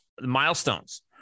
milestones